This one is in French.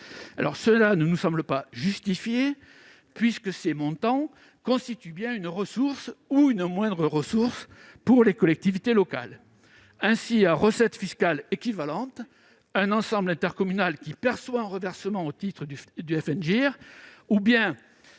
ne me semble pas justifiée, puisque ces montants demeurent une ressource ou une moindre ressource pour les collectivités locales. Ainsi, à recette fiscale équivalente, un ensemble intercommunal qui perçoit un reversement au titre du FNGIR est